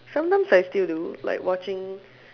sometimes I still do like watching